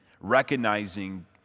recognizing